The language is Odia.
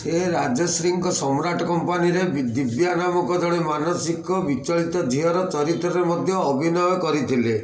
ସେ ରାଜଶ୍ରୀଙ୍କ ସମ୍ରାଟ୍ କମ୍ପାନୀରେ ଦିବ୍ୟା ନାମକ ଜଣେ ମାନସିକ ବିଚଳିତ ଝିଅର ଚରିତ୍ରରେ ମଧ୍ୟ ଅଭିନୟ କରିଥିଲେ